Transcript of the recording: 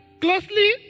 closely